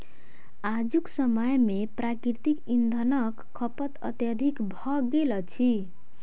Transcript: आजुक समय मे प्राकृतिक इंधनक खपत अत्यधिक भ गेल अछि